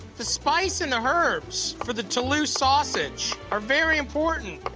the spice and the herbs for the toulouse sausage are very important,